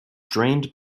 drained